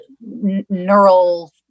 neural